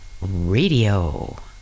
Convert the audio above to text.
Radio